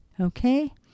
okay